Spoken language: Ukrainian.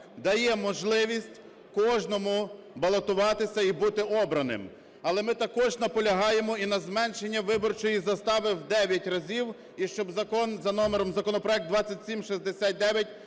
дає можливість кожному балотуватися і бути обраним. Але ми також наполягаємо і на зменшенні виборчої застави в 9 разів, і щоб закон за номером... законопроект 2769